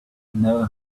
never